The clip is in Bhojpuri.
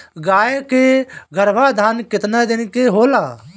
गाय के गरभाधान केतना दिन के होला?